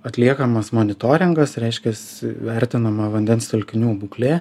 atliekamas monitoringas reiškias vertinama vandens telkinių būklė